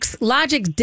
logic